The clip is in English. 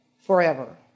forever